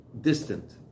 distant